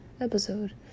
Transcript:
episode